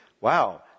wow